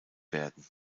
werden